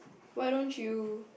why don't you